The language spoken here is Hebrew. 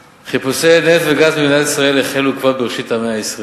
חיפושי נפט וגז במדינת ישראל החלו כבר בראשית המאה ה-20,